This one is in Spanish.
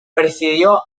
presidió